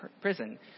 prison